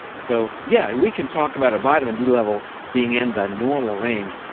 so yeah, we can talk about a vitamin d level being in the normal range,